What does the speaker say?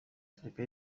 afurika